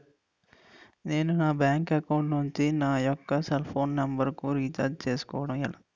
నేను నా bank account నుంచి నా యెక్క సెల్ ఫోన్ నంబర్ కు రీఛార్జ్ చేసుకోవడం ఎలా?